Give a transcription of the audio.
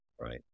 Right